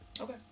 Okay